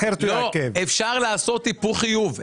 אפשר לעשות היפוך חיוב.